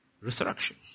Resurrection